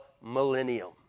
Millennium